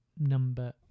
number